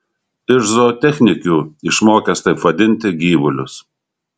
iš zootechnikių išmokęs taip vadinti gyvulius